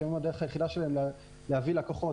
כי היום הדרך היחידה שלהם להביא לקוחות,